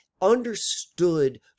understood